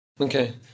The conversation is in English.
Okay